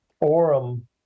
forum